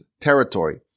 territory